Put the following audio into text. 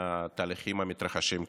מהתהליכים המתרחשים כאן.